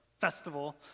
festival